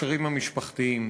הקשרים המשפחתיים,